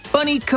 Bunny